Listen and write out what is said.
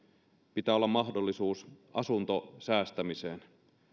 pitää olla mahdollisuus asuntosäästämiseen